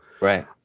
Right